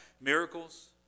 miracles